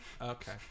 Okay